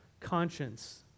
conscience